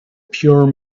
pure